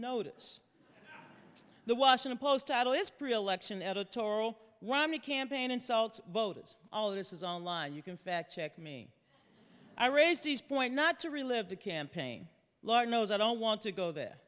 notice the washington post title is pre election editorial romney campaign insults voters all this is online you can fact check me i raised this point not to relive the campaign lord knows i don't want to go there